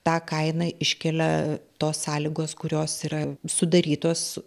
tą kainą iškelia tos sąlygos kurios yra sudarytos